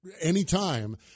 anytime